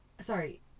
sorry